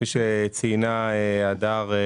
כפי שציינה הדר.